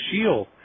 Shield